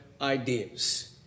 ideas